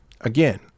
Again